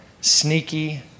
sneaky